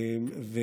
מאוד.